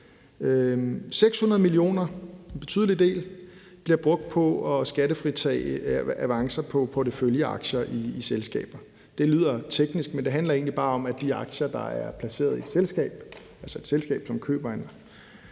kr. – det er en betydelig del – bliver brugt på at skattefritage avancer på porteføljeaktier i selskaber. Det lyder teknisk, men det handler egentlig bare om, at de aktier, der er placeret i et selskab, altså et selskab, som køber